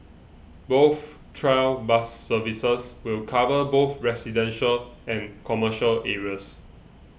both trial bus services will cover both residential and commercial areas